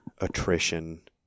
attrition